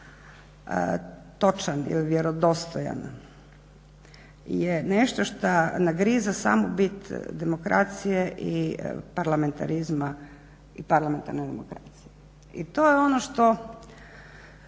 točan ili vjerodostojan je nešto šta nagriza samu bit demokracije i parlamentarizma i parlamentarne demokracije. I to je ono što